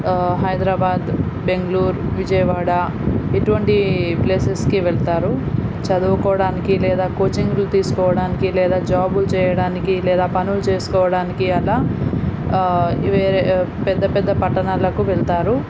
హైదరాబాద్ బెంగళూరు విజయవాడ ఇటువంటి ప్లేసెస్కి వెళతారు చదువుకోవడానికి లేదా కోచింగ్లు తీసుకోవడానికి లేదా జాబులు చేయడానికి లేదా పనులు చేసుకోవడానికి అలా వేరే పెద్ద పెద్ద పట్టణాలకు వెళతారు